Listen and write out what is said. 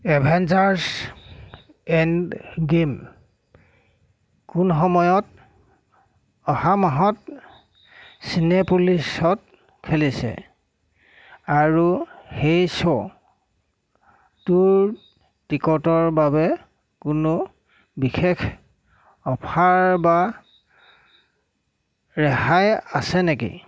Avengers Endgame কোন সময়ত অহা মাহত চিনেপলিছত খেলিছে আৰু সেই শ্ব'টোৰ টিকটৰ বাবে কোনো বিশেষ অফাৰ বা ৰেহাই আছে নেকি